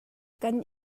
kan